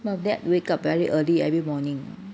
well that wake up very early every morning